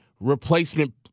replacement